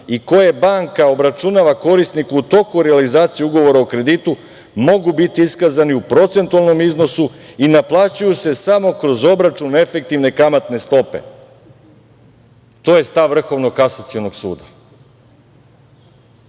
i koje banka obračunava korisniku u toku realizacije ugovora o kreditu, mogu bi iskazani u procentualnom iznosu i naplaćuju se samo kroz obračun efektivne kamatne stope. To je stav Vrhovnog kasacionog suda. Šta